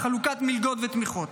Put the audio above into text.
חלוקת מלגות ותמיכות.